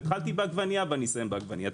התחלתי בעגבנייה ואסיים בעגבנייה.